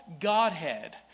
Godhead